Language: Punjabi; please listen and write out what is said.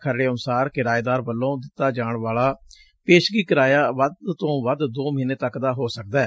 ਖਰੜੇ ਅਨੁਸਾਰ ਕਿਰਾਏਦਾਰ ਵਲੋਂ ਦਿੱਤਾ ਜਾਣ ਵਾਲਾ ਪੇਸ਼ਗੀ ਕਿਰਾਇਆ ਵੱਧ ਤੋਂ ਵੱਧ ਦੋ ਮਹੀਨੇ ਤੱਕ ਦਾ ਹੋ ਸਕਦੈ